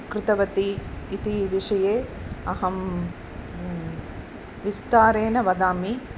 कृतवती इति विषये अहं विस्तारेण वदामि